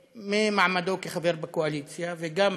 וממעמדו כחבר בקואליציה, והוא גם